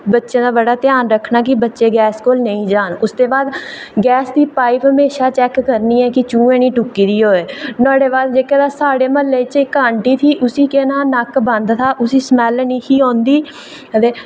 बच्चें दा बड़ा ध्यान रक्खना की बच्चे गैस कोल नेईं जान इसदा ध्यान रक्खना गैस दी पाईप हमेशा चैक करनी होऐ कि कुदै चूहें निं टुक्की दी होए ते नुहाड़े बाद साढ़े म्हल्लै च इक्क आंटी थी ते उसी केह् था कि नक्क बंद था ते उसी स्मैल निहीं औंदी ते